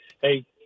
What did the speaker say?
hey